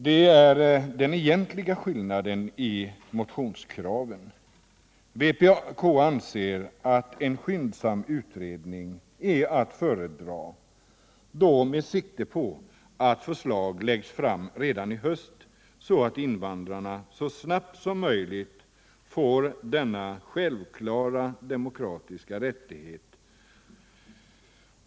Det är den egentliga skillnaden i motionskraven. Vpk anser att en skyndsam utredning är att föredra — med sikte på att förslag läggs fram redan i höst så att invandrarna så snabbt som möjligt får denna självklara demokratiska rättighet.